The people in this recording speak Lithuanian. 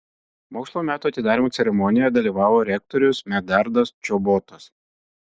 mokslo metų atidarymo ceremonijoje dalyvavo rektorius medardas čobotas